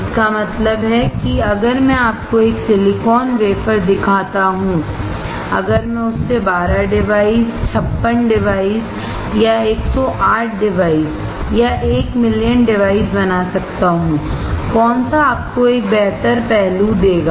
इसका मतलब है कि अगर मैं आपको एक सिलिकॉन वेफर दिखाता हूं अगर मैं उससे 12 डिवाइस या 56 डिवाइस या 108 डिवाइस या एक मिलियन डिवाइस बना सकता हूं कौनसा आपको एक बेहतर पहलू देगा